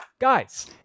guys